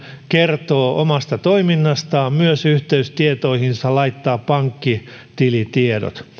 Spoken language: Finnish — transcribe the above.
kertoo omasta toiminnastaan yhteystietoihinsa laittaa pankkitilitiedot